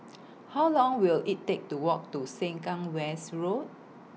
How Long Will IT Take to Walk to Sengkang West Road